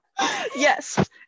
Yes